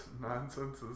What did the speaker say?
nonsense